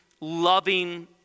loving